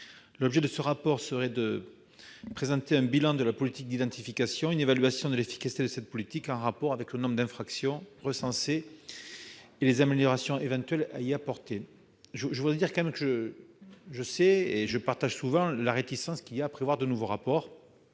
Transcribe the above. L'objet de ce rapport est de présenter un bilan de la politique d'identification, une évaluation de l'efficacité de cette politique, en lien avec le nombre d'infractions recensées et les améliorations éventuelles à y apporter. Je partage souvent la réticence du Sénat à l'égard de nouveaux rapports.